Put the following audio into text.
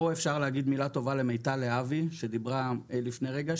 פה אפשר להגיד מילה טובה למיטל להבי שדיברה לפני רגע,